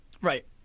right